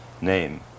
name